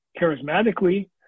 charismatically